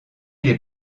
les